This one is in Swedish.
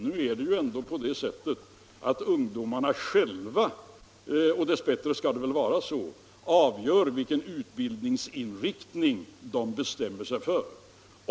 Nu är det ändå på det sättet att ungdomarna själva — och dess bättre skall det väl vara så — avgör vilken utbildningsinriktning de vill bestämma sig för.